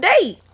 date